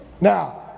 Now